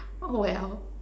oh well